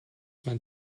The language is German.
mein